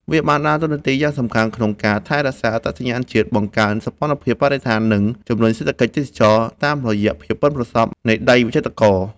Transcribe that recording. វាបានដើរតួនាទីយ៉ាងសំខាន់ក្នុងការ ថែរក្សាអត្តសញ្ញាណជាតិ បង្កើនសោភ័ណភាពបរិស្ថាន និង ជំរុញសេដ្ឋកិច្ចទេសចរណ៍ តាមរយៈភាពប៉ិនប្រសប់នៃដៃវិចិត្រករ។